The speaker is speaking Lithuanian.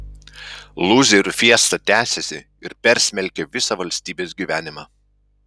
lūzerių fiesta tęsiasi ir persmelkia visą valstybės gyvenimą